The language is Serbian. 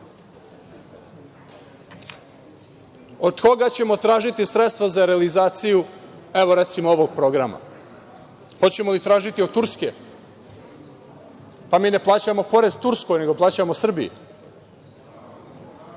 Od koga ćemo tražiti sredstva za realizaciju, evo, recimo ovog programa? Hoćemo li tražiti od Turske? Pa, mi ne plaćamo porez Turskoj, nego plaćamo porez